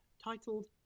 Titled